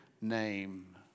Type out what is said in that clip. name